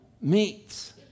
meets